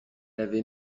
avait